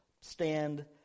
stand